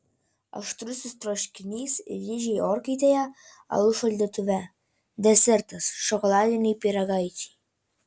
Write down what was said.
aštrusis troškinys ir ryžiai orkaitėje alus šaldytuve desertas šokoladiniai pyragaičiai